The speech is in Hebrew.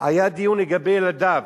היה דיון לגבי ילדיו,